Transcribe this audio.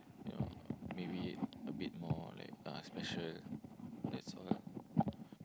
you know maybe a bit more like uh special that's all